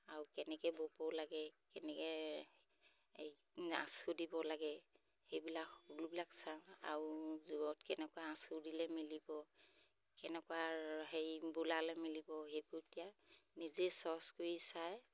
আৰু কেনেকৈ ব'ব লাগে কেনেকৈ এই আঁচু দিব লাগে সেইবিলাক সকলোবিলাক চাওঁ আৰু জোৰত কেনেকুৱা আঁচু দিলে মিলিব কেনেকুৱা হেৰি বোলালে মিলিব সেইবোৰ এতিয়া নিজেই চইচ কৰি চাই